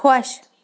خۄش